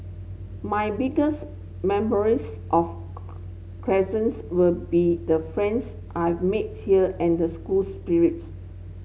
my biggest memories of Crescents will be the friends I've made here and the school spirits